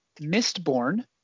Mistborn